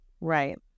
Right